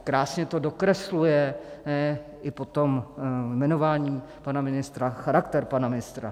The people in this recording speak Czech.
Krásně to dokresluje i potom jmenování pana ministra, charakter pana ministra.